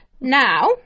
Now